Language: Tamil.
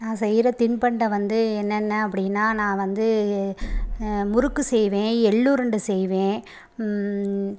நான் செய்கிற தின்பண்டம் வந்து என்னென்ன அப்படின்னா நான் வந்து முறுக்கு செய்வேன் எள் உருண்ட செய்வேன்